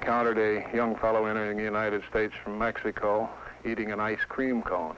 encountered a young fellow entering an ited states from mexico eating an ice cream cone